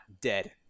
dead